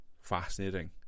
fascinating